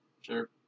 Sure